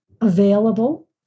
available